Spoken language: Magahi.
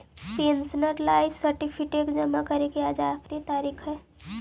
पेंशनर लाइफ सर्टिफिकेट जमा करे के आज आखिरी तारीख हइ